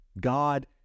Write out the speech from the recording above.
God